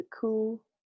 cool